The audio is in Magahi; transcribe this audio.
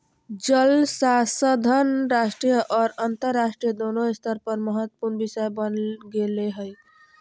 जल संसाधन राष्ट्रीय और अन्तरराष्ट्रीय दोनों स्तर पर महत्वपूर्ण विषय बन गेले हइ